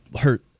hurt